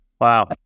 Wow